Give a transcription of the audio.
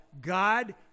God